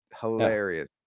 hilarious